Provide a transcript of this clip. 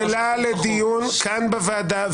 היא שאלה לדיון כאן בוועדה,